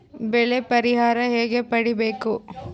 ಬೆಳೆ ಪರಿಹಾರ ಹೇಗೆ ಪಡಿಬೇಕು?